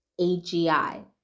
AGI